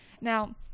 now